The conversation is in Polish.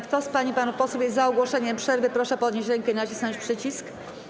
Kto z pań i panów posłów jest za ogłoszeniem przerwy, proszę podnieść rękę i nacisnąć przycisk.